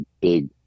big